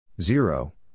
Zero